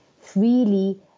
freely